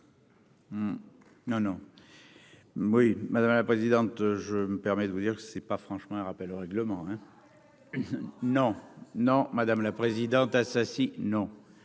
Non, non. Oui, madame la présidente, je me permets de vous dire que c'est pas franchement un rappel au règlement, hein, non, non, madame la présidente Assassi non